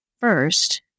first